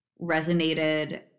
resonated